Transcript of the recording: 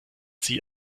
sie